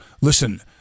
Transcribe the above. listen